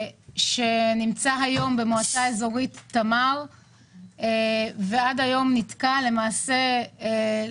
שנמצא היום במועצה האזורית תמר ותקוע עד היום.